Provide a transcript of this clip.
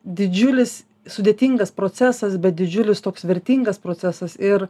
didžiulis sudėtingas procesas bet didžiulis toks vertingas procesas ir